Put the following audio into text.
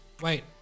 Wait